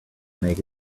make